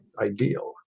ideal